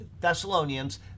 Thessalonians